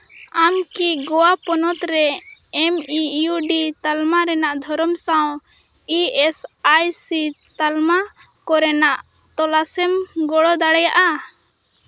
ᱟᱢ ᱠᱤ ᱜᱳᱣᱟ ᱯᱚᱱᱚᱛ ᱨᱮ ᱮᱢ ᱤ ᱤᱭᱩ ᱰᱤ ᱛᱟᱞᱢᱟ ᱨᱮᱱᱟᱜ ᱫᱷᱚᱨᱚᱱ ᱥᱟᱶ ᱤ ᱮᱥ ᱟᱭ ᱥᱤ ᱛᱟᱞᱢᱟ ᱠᱚᱨᱮᱱᱟᱜ ᱛᱚᱞᱟᱥᱮᱢ ᱜᱚᱲᱚ ᱫᱟᱲᱮᱭᱟᱜᱼᱟ